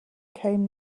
came